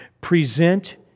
Present